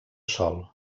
sol